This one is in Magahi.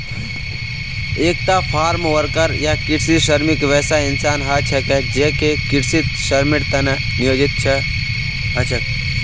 एकता फार्मवर्कर या कृषि श्रमिक वैसा इंसान ह छेक जेको कृषित श्रमेर त न नियोजित ह छेक